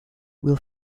will